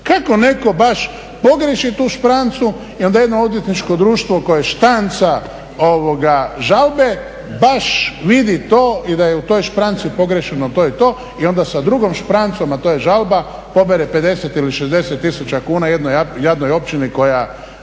Kako netko baš pogriješi tu šprancu i onda jedno odvjetničko društvo koje štanca žalbe baš vidi to i da je u toj špranci pogriješeno to i to i onda sa drugom šprancom a to je žalba pobere 50 ili 60 tisuća kuna jednoj jadnoj općini koja